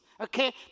Okay